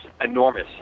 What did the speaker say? enormous